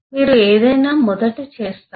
మీరు ఏదైనా మొదట చేస్తారు